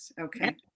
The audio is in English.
okay